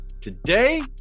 Today